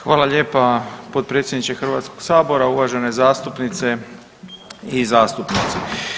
Hvala lijepa potpredsjedniče Hrvatskog sabora, uvažene zastupnice i zastupnici.